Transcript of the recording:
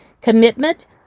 commitment